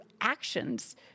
actions